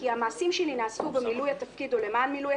כי המעשים שלי נעשו במילוי התפקיד או למען מילוי